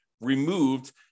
removed